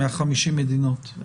מ-50 המדינות.